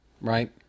right